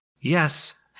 Yes